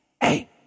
hey